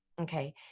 Okay